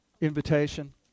invitation